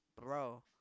bro